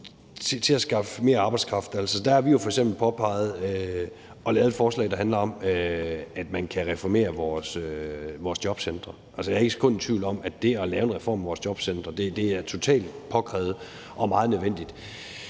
til at skaffe mere arbejdskraft har vi jo f.eks. påpeget og lavet et forslag, der handler om det, at man kan reformere vores jobcentre. Jeg er ikke et sekund i tvivl om, at det at lave en reform af vores jobcentre er totalt påkrævet og meget nødvendigt.